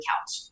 couch